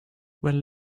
when